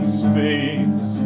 space